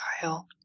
Kyle